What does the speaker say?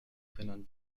rendern